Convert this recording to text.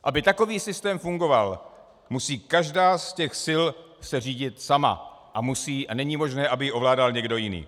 Aby takový systém fungoval, musí každá z těch sil se řídit sama a není možné, aby ji ovládal někdo jiný.